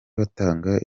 batanga